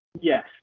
yes